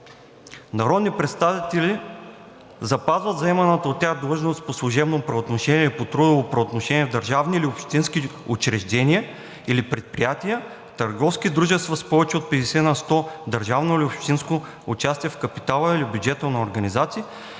народни представители запазват заеманата от тях длъжност по служебно правоотношение или по трудово правоотношение в държавни или общински учреждения, или предприятия, търговски дружества с повече от 50 на 100 държавно, или общинско участие в капитала, или бюджетнаи организации,